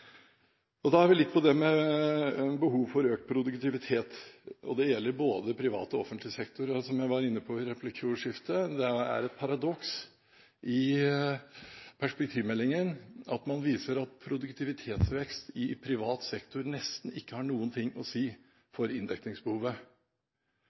velferd. Da er vi også inne på behovet for økt produktivitet, og det gjelder både privat og offentlig sektor. Som jeg var inne på i replikkordskiftet, er det et paradoks i perspektivmeldingen at man viser at produktivitetsvekst i privat sektor nesten ikke har noe å si